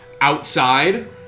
outside